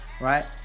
right